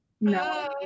No